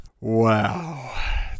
Wow